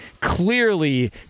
clearly